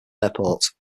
airport